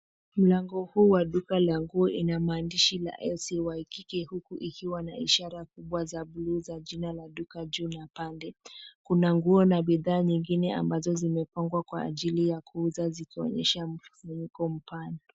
Mlango huu wa duka la nguo ina maandishi la SAY kike huku ikiwa na ishara kubwa za bluu za jina la duka juu na pande. Kuna nguo na bidhaa nyingine ambazo zimepangwa kwa ajili ya kuuzwa zikionyesha mkusanyiko mpana.